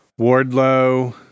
Wardlow